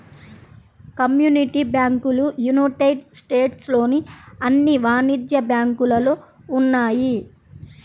community బ్యాంకులు United States లోని అన్ని వాణిజ్య బ్యాంకులలో ఉన్నాయి